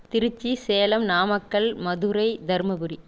Trichy Salem Namakkal Madurai Dharmapuri